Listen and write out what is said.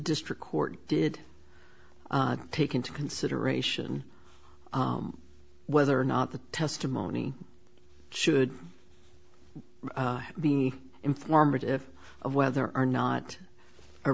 district court did take into consideration whether or not the testimony should be informative of whether or not a